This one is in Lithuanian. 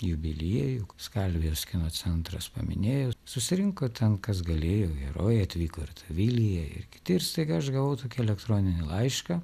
jubiliejų skalvijos kino centras paminėjo susirinko ten kas galėjo herojai atvyko ir ta vilija ir kiti ir staiga aš gavau tokį elektroninį laišką